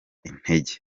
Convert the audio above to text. intege